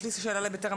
יש לי שאלה לבטרם,